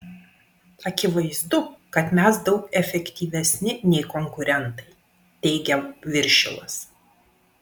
akivaizdu kad mes daug efektyvesni nei konkurentai teigia viršilas